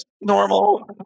normal